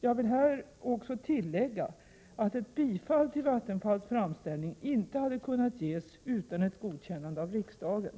Jag vill här också tillägga att ett bifall till Vattenfalls framställning inte hade kunnat ges utan ett godkännande av riksdagen.